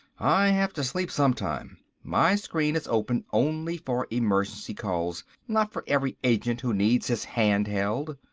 i have to sleep sometime. my screen is open only for emergency calls, not for every agent who needs his hand held.